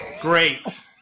great